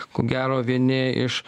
ko gero vieni iš